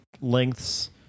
lengths